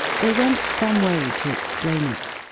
they went some way to explain it.